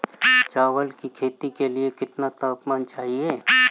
चावल की खेती के लिए कितना तापमान चाहिए?